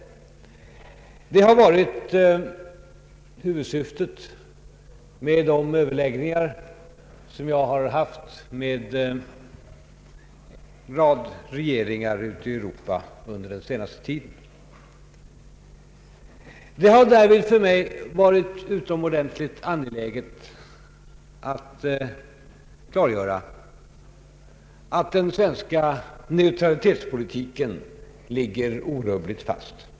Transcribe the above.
Detta har varit huvudsyftet med de överläggningar som jag har fört med en rad regeringar ute i Europa den senaste tiden. För mig har det därvid varit utomordentligt angeläget att klargöra att den svenska <:<neutralitetspolitiken = ligger orubbligt fast.